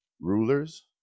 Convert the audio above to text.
rulers